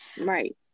right